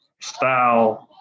style